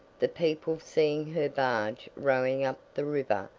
the people seeing her barge rowing up the river,